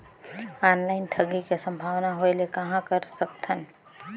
Online ठगी के संभावना होय ले कहां कर सकथन?